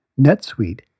NetSuite